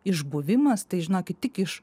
išbuvimas tai žinokit tik iš